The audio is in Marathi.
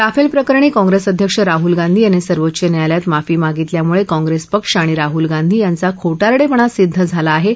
राफलि प्रकरणी काँग्रस्तअध्यक्ष राहुल गांधी यांनी सर्वोच्च न्यायालयात माफी मागितल्यामुळकाँग्रस्त पक्ष आणि राहुल गांधी यांचा खोटारड्यप्रपा सिद्ध झाला आहा